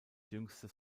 jüngstes